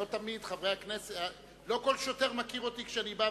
לא כל שוטר מכיר אותי כשאני בא,